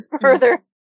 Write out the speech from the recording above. further